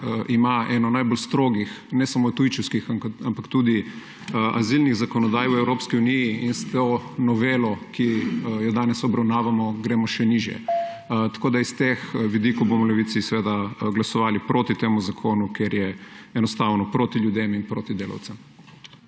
ima eno najbolj strogih ne samo tujčevskih, ampak tudi azilnih zakonodaj v Evropski uniji, in s to novelo, ki jo danes obravnavamo, gremo še nižje. S teh vidikov bomo v Levici glasovali proti temu zakonu, ker je enostavno proti ljudem in proti delavcem.